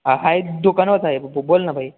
आहे दुकानावरच आहे बु बोल ना भाई